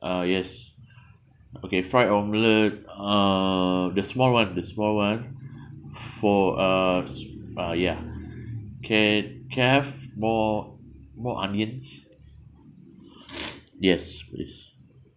uh yes okay fried omelette uh the small [one] the small [one] for us uh ya can can I have more more onions yes please